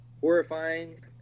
horrifying